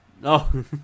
No